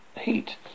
heat